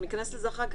ניכנס לזה אחר כך,